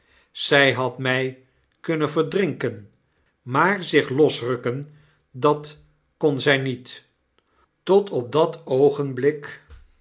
zy nadmy kunnen verdrinken maar zich losrukken dat kon zy niet tot op dat oogenblik